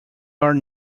are